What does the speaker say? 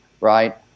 right